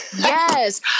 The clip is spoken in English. yes